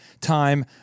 Time